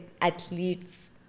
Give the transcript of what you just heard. athletes